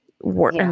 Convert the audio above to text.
work